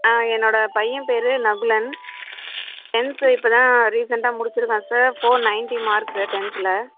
ஆ என்னோட பையன் பேர் நகுலன் டென்த்து இப்ப தான் ரீசன்ட்டாக முடிச்சிருக்கான் சார் ஃபோர் நைன்ட்டி மார்க்கு டென்த்தில்